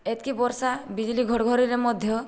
ଏତିକି ବର୍ଷା ବିଜୁଳି ଘଡ଼ଘଡ଼ିରେ ମଧ୍ୟ